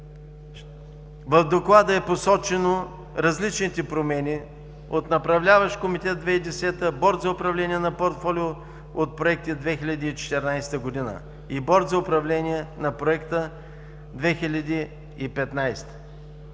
В Доклада са посочени различните промени – от Направляващ комитет 2010 г., Борд за управление на портфолио от проекти 2014 г. и Борд за управление на Проекта 2015